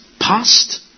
Past